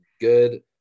good